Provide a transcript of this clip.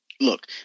Look